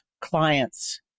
clients